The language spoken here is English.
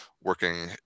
working